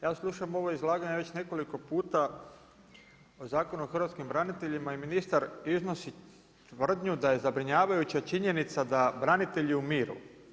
Ja slušam ovo izlaganje već nekoliko puta Zakon o hrvatskim braniteljima i ministar iznosi tvrdnju da je zabrinjavajuća činjenica da branitelji umiru.